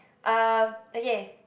um okay